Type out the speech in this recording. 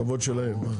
הכבוד שלהם.